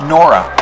Nora